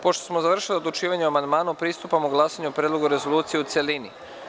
Pošto smo završili odlučivanje o amandmanu, pristupamo glasanju o Predlogu rezolucije u celini.